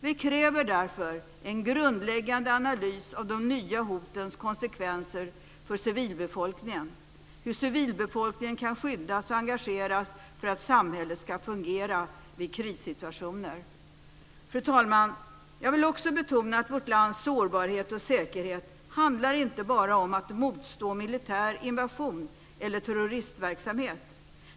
Vi kräver därför en grundläggande analys av de nya hotens konsekvenser för civilbefolkningen, hur civilbefolkningen kan skyddas och engageras för att samhället ska fungera i krissituationer. Fru talman! Jag vill också betona att vårt lands sårbarhet och säkerhet inte bara handlar om att motstå militär invasion eller terroristverksamhet.